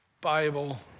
bible